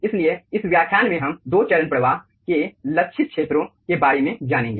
इसलिए इस व्याख्यान में हम दो चरण प्रवाह के लक्षित क्षेत्रों के बारे में जानेंगे